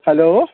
hello